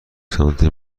سانتی